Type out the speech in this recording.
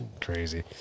Crazy